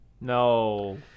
No